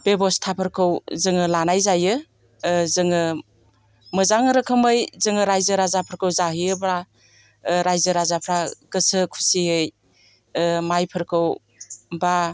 बेबस्थाफोरखौ जोङो लानाय जायो जोङो मोजां रोखोमै जोङो रायजो राजाफोरखौ जाहोयोब्ला रायजो राजाफ्रा गोसो खुसियै माइफोरखौ बा